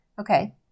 Okay